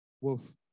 Wolf